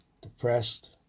depressed